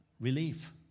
relief